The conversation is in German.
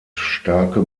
starke